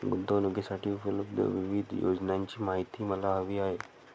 गुंतवणूकीसाठी उपलब्ध विविध योजनांची माहिती मला हवी आहे